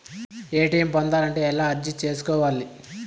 ATM పొందాలంటే ఎలా అర్జీ సేసుకోవాలి?